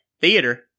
theater